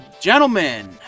gentlemen